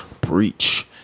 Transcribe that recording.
breach